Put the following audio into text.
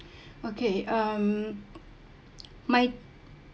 okay um my